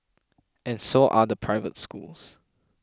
and so are the private schools